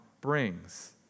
brings